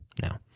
now